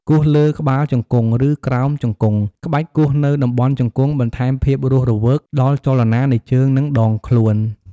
គោះលើក្បាលជង្គង់ ឬក្រោមជង្គង់ ក្បាច់គោះនៅតំបន់ជង្គង់ បន្ថែមភាពរស់រវើកដល់ចលនានៃជើង និងដងខ្លួន។